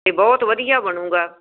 ਅਤੇ ਬਹੁਤ ਵਧੀਆ ਬਣੇਗਾ